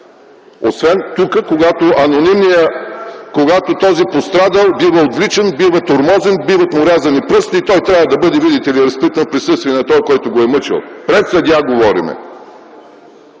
освен тук, когато този пострадал бива отвличан, бива тормозен, биват му рязани пръсти и той трябва да бъде, видите ли, разпитан в присъствие на този, който го е мъчил. Говорим